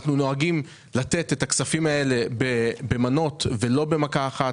אנחנו נוהגים לתת את הכסף הזה במנות ולא בבת אחת,